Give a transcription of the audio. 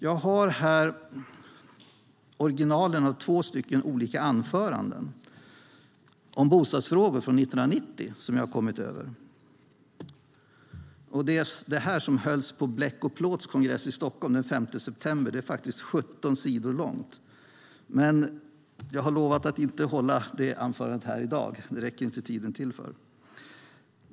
Jag har här i min hand originalen av två olika anföranden om bostadsfrågor från 1990 som jag har kommit över. Det som hölls på Bleck och Plåts kongress i Stockholm den 5 september 1990 är 17 sidor långt, men jag har lovat att inte läsa upp det här i dag. Det räcker inte tiden till för.